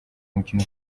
mukino